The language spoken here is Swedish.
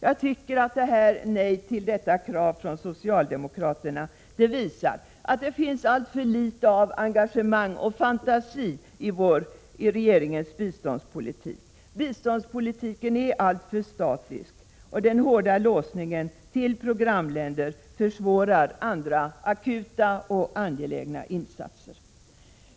Jag tycker att ett nej till detta krav från socialdemokraterna visar att det finns alltför litet av engagemang och fantasi i regeringens biståndspolitik. Biståndspolitiken är alltför statisk. Den hårda låsningen till programländer försvårar andra akuta och angelägna insatser.